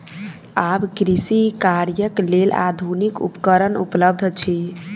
आब कृषि कार्यक लेल आधुनिक उपकरण उपलब्ध अछि